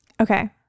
Okay